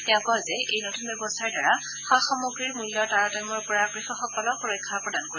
তেওঁ কয় যে এই নতুন ব্যৱস্থাৰ দ্বাৰা সা সামগ্ৰীৰ মূল্যৰ তাৰতম্যৰ পৰা কৃষকসকলক সুৰক্ষা প্ৰদান কৰিব